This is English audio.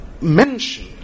mention